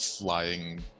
flying